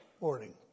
morning